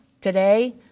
today